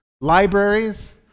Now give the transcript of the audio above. libraries